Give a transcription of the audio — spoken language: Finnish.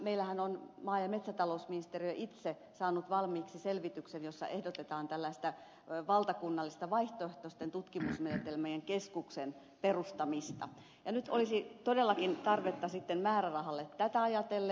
meillähän on maa ja metsätalousministeriö itse saanut valmiiksi selvityksen jossa ehdotetaan tällaista valtakunnallista vaihtoehtoisten tutkimusmenetelmien keskuksen perustamista ja nyt olisi todellakin tarvetta sitten määrärahalle tätä ajatellen